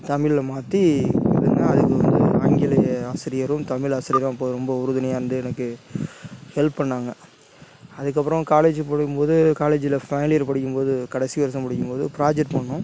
தமிழில் மாற்றி அதுக்கு வந்து ஆங்கில ஆசிரியரும் தமிழ் ஆசிரியரும் அப்போது ரொம்ப உறுதுணையாக இருந்து எனக்கு ஹெல்ப் பண்ணிணாங்க அதுக்கப்புறம் காலேஜ் படிக்கும் போது காலேஜில் ஃபைனல் இயர் படிக்கும் போது கடைசி வருஷம் படிக்கும் போது ப்ராஜெக்ட் பண்ணிணோம்